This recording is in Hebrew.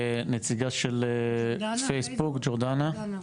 נציגה של פייסבוק, ג'ורדנה.